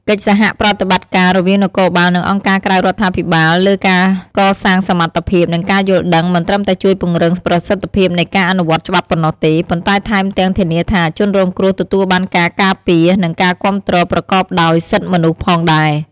កិច្ចសហប្រតិបត្តិការរវាងនគរបាល និងអង្គការក្រៅរដ្ឋាភិបាលលើការកសាងសមត្ថភាព និងការយល់ដឹង មិនត្រឹមតែជួយពង្រឹងប្រសិទ្ធភាពនៃការអនុវត្តច្បាប់ប៉ុណ្ណោះទេ ប៉ុន្តែថែមទាំងធានាថាជនរងគ្រោះទទួលបានការការពារ និងការគាំទ្រប្រកបដោយសិទ្ធិមនុស្សផងដែរ។